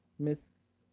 ms.